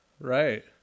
Right